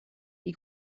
die